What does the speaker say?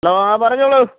hello ആ പറഞ്ഞോളൂ